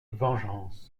vengeance